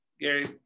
Gary